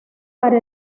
para